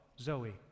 Zoe